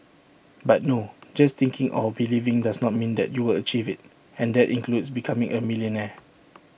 but no just thinking or believing does not mean that you will achieve IT and that includes becoming A millionaire